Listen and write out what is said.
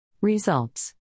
Results